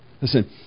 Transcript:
Listen